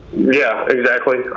yeah, exactly.